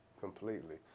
Completely